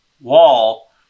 wall